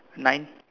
nine